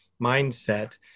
mindset